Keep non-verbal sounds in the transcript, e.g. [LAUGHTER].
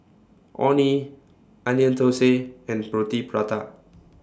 Orh Nee Onion Thosai and [NOISE] Roti Prata